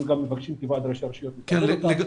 אנחנו מבקשים לשלוח אותם אלינו.